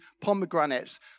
pomegranates